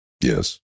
yes